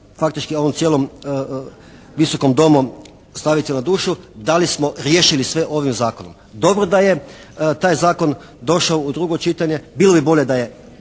faktički ovom cijelom Visokom domu staviti na dušu da li smo riješili sve ovim Zakonom. Dobro da je taj Zakon došao u drugo čitanje. Bilo bi bolje da je